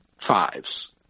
fives